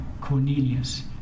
Cornelius